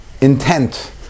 Intent